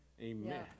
Amen